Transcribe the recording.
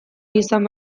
izan